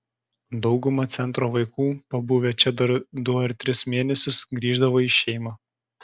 dauguma centro vaikų pabuvę čia du ar tris mėnesius grįždavo į šeimą